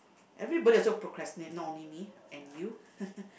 everybody also procrastinate not only me and you